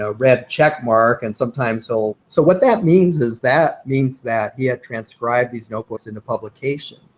ah red check mark, and sometimes he'll. so what that means is that means that he had transcribed these notebooks into publication.